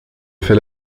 fait